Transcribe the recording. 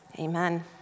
Amen